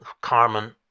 Carmen